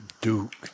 Duke